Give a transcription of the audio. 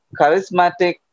charismatic